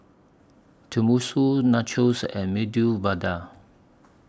Tenmusu Nachos and Medu Vada